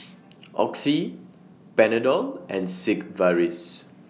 Oxy Panadol and Sigvaris